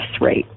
rate